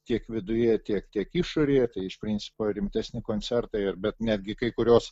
tiek viduje tiek tiek išorėje tai iš principo rimtesni koncertai ir bet netgi kai kurios